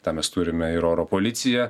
tam mes turime ir oro policiją